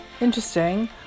interesting